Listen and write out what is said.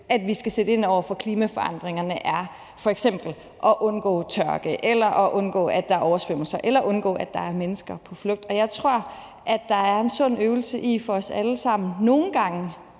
at vi skal sætte ind over for klimaforandringerne, f.eks. er at undgå tørke eller at undgå oversvømmelser, eller undgå, at der er mennesker på flugt. Jeg tror, at der er en sund øvelse i for os alle sammen nogle gange